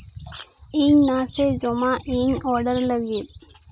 ᱤᱧ ᱱᱟᱥᱮ ᱡᱚᱢᱟᱜ ᱤᱧ ᱚᱰᱟᱨ ᱞᱟᱹᱜᱤᱫ